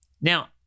Now